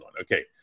okay